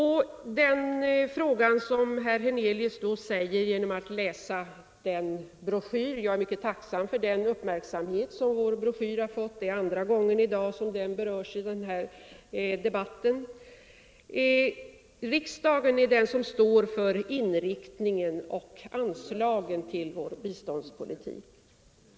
Herr Hernelius ställer genom att läsa broschyren —- jag är mycket tacksam för den uppmärksamhet vår broschyr fått, det är andra gången i dag den berörs i debatten — frågan om riksdagen är den som står för inriktningen av anslagen till vår biståndspolitik.